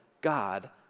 God